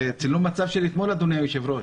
זה צילום מצב של אתמול, אדוני היושב-ראש.